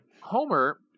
Homer